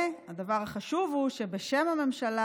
הדבר החשוב הוא שבשם הממשלה,